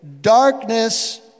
darkness